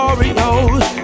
Oreos